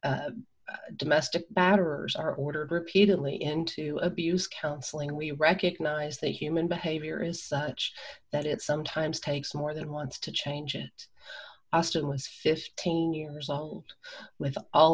it's domestic batterers are ordered repeatedly into abuse counseling we recognize that human behavior is such that it sometimes takes more than once to change it austin was fifteen years old with all